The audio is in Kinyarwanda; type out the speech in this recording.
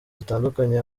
zitandukanye